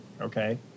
Okay